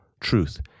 truth